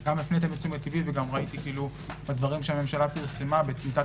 גם הפניתם לתשומת ליבי וגם ראיתי בדברים שהממשלה פרמסה בטיוטת